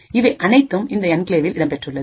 இவை அனைத்தும் இந்த என்கிளேவில் இடம்பெற்றுள்ளது